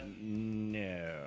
No